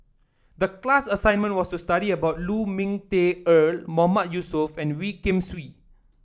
the class assignment was to study about Lu Ming Teh Earl Mahmood Yusof and Wee Kim Wee